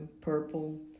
purple